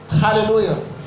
hallelujah